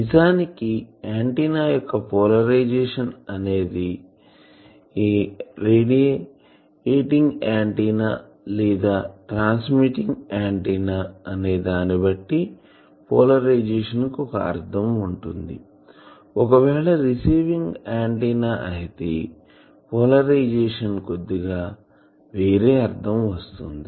నిజానికి ఆంటిన్నా యొక్క పోలరైజేషన్ అనేది రేడియేటింగ్ ఆంటిన్నా లేదా ట్రాన్స్మిటింగ్ ఆంటిన్నా అనే దాని బట్టి పోలరైజేషన్ కు ఒక అర్ధం ఉంటుంది ఒకవేళ రిసీవింగ్ ఆంటిన్నా అయితే పోలరైజేషన్ కొద్దిగా వేరే అర్ధం వస్తుంది